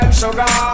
sugar